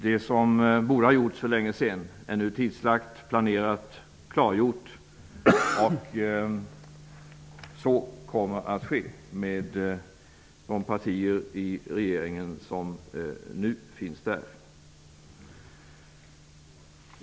Det som borde ha gjorts för länge sedan är nu planerat och tidslagt och kommer att ske, med de partier i regeringen som nu finns där.